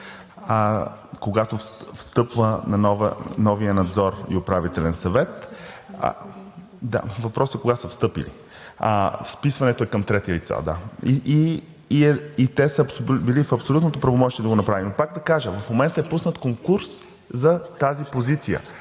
когато встъпва новият Надзор и Управителен съвет. Въпросът е кога са встъпили, вписването на трети лица, да, и те са били в абсолютното правомощие да го направят. Пак да кажа, в момента е пуснат конкурс за тази позиция